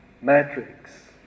Matrix